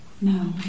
no